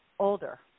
older